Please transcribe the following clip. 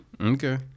Okay